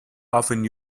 often